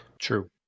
true